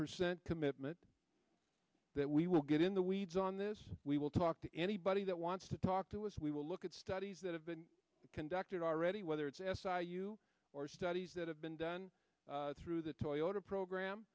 percent commitment that we will get in the weeds on this we will talk to anybody that wants to talk to us we will look at studies that have been conducted already whether it's s i you or studies that have been done through the toyota program